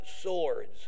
swords